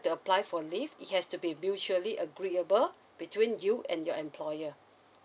to apply for leave it has to be mutually agreeable between you and your employer